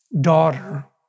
daughter